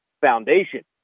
foundation